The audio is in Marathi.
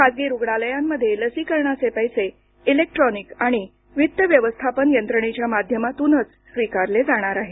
खासगी रुग्णालयांमध्ये लसीकरणासाठीचे पैसे इलेक्ट्रॉनिक आणि वित्त व्यवस्थापन यंत्रणेच्या माध्यमातूनच स्वीकारले जाणार आहेत